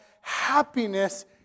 happiness